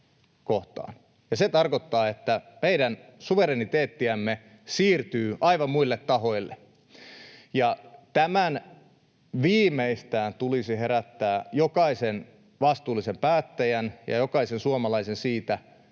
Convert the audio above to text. se tarkoittaa, että meidän suvereniteettiamme siirtyy aivan muille tahoille. Tämän viimeistään tulisi herättää jokainen vastuullinen päättäjä ja jokainen suomalainen siihen,